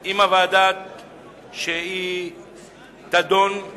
עם הוועדה שתדון על